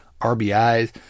RBIs